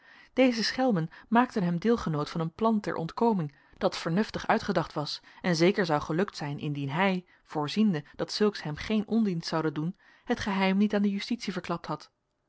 deze schelmen maakten hem deelgenoot van een plan ter ontkoming dat vernuftig uitgedacht was en zeker zou gelukt zijn indien hij voorziende dat zulks hem geen ondienst zoude doen het geheim niet aan de justitie verklapt had